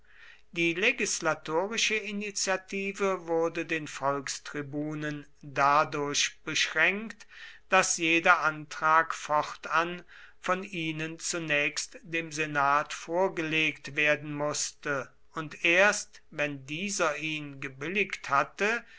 die legislatorische initiative wurde den volkstribunen dadurch beschränkt daß jeder antrag fortan von ihnen zunächst dem senat vorgelegt werden mußte und erst wenn dieser ihn gebilligt hatte